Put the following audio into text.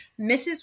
Mrs